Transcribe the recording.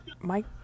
Mike